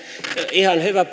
ihan hyvä